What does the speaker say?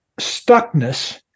stuckness